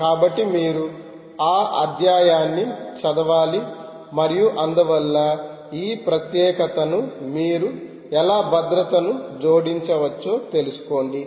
కాబట్టి మీరు ఆ అధ్యాయాన్ని చదవాలి మరియు అందువల్ల ఈ ప్రత్యేకతకు మీరు ఎలా భద్రతను జోడించవచ్చో తెలుసుకోండి